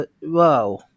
wow